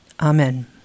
amen